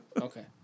Okay